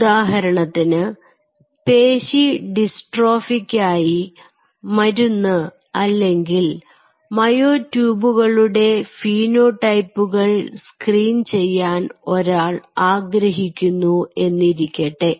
ഉദാഹരണത്തിന് പേശി ഡിസ്ട്രോഫിക്കായി മരുന്ന് അല്ലെങ്കിൽ മയോട്യൂബുകളുടെ ഫിനോടൈപ്പുകൾ സ്ക്രീൻ ചെയ്യാൻ ഒരാൾ ആഗ്രഹിക്കുന്നു എന്നിരിക്കട്ടെ